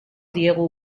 diegu